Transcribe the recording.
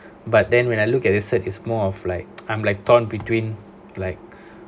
but then when I look at the cert it's more of like I'm like torn between like